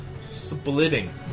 splitting